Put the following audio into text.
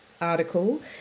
article